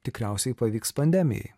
tikriausiai pavyks pandemijai